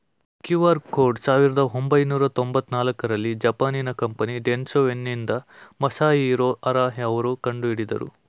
QR code ಸಾವಿರದ ಒಂಬೈನೂರ ತೊಂಬತ್ತ ನಾಲ್ಕುರಲ್ಲಿ ಜಪಾನಿನ ಕಂಪನಿ ಡೆನ್ಸೊ ವೇವ್ನಿಂದ ಮಸಾಹಿರೊ ಹರಾ ಅವ್ರು ಕಂಡುಹಿಡಿದ್ರು